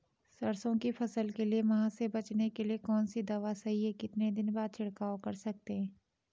सरसों की फसल के लिए माह से बचने के लिए कौन सी दवा सही है कितने दिन बाद छिड़काव कर सकते हैं?